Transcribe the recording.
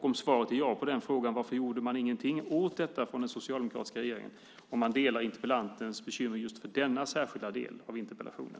Om svaret är ja på den frågan: Varför gjorde den socialdemokratiska regeringen inget åt detta om man delar interpellantens bekymmer just för denna särskilda del av interpellationen?